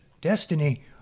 destiny